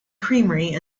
creamery